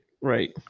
right